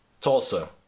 Tulsa